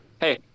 Hey